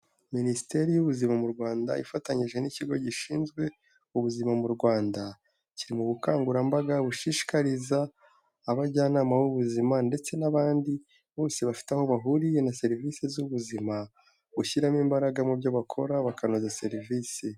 Minisiteri y'Ubuzima mu Rwanda, ifatanyije n'ikigo gishinzwe ubuzima mu Rwanda, kiri mu bukangurambaga bushishikariza abajyanama b'ubuzima ndetse n'abandi, bose bafite aho bahuriye na serivise z'ubuzima, gushyiramo imbaraga mu byo bakora bakanoza serivisi.